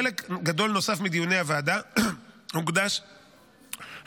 חלק גדול נוסף מדיוני הוועדה הוקדש לטיפול